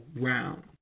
round